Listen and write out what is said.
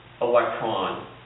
electron